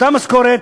אותה משכורת,